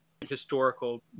historical